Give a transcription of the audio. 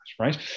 right